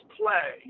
play